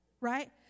right